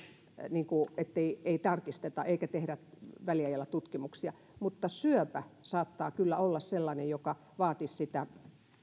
niin ettei tarkisteta eikä tehdä väliajalla tutkimuksia mutta syöpä saattaa kyllä olla sellainen joka vaatisi sitä